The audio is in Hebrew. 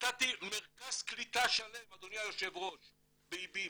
נתתי מרכז קליטה שלם, אדוני היושב ראש, באיבים.